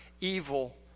evil